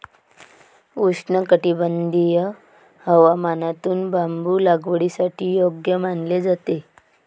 उष्णकटिबंधीय हवामान बांबू लागवडीसाठी योग्य मानले जाते